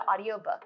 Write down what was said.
audiobook